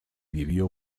vivió